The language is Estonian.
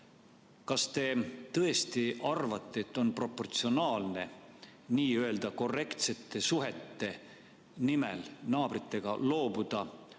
Kas te tõesti arvate, et on proportsionaalne n-ö korrektsete suhete nimel naabritega loobuda